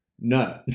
No